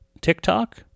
TikTok